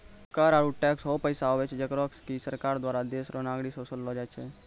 कर आरू टैक्स हौ पैसा हुवै छै जेकरा की सरकार दुआरा देस रो नागरिक सं बसूल लो जाय छै